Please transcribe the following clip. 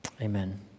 Amen